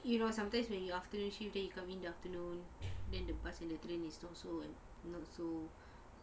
you know sometimes when you afternoon shift then you come in the afternoon then the bus and the train is not so not so